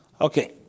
Okay